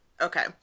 Okay